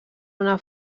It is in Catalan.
una